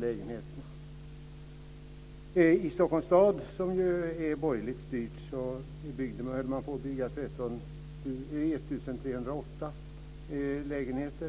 lägenheter. I Stockholms stad, som ju är borgerligt styrd, höll man på bygga 1 308 lägenheter.